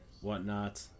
whatnot